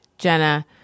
Jenna